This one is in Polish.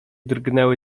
drgnęły